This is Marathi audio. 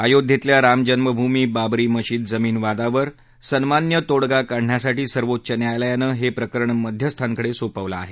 अयोध्येतल्या राम जन्मभूमी बाबरी मशीद जमीन वादावर सन्मान्य तोडगा काढण्यासाठी सर्वोच्च न्यायालयानं हे प्रकरण मध्यस्थांकडे सोपवलं आहे